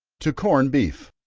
to corn beef.